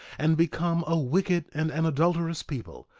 and become a wicked and an adulterous people,